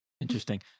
interesting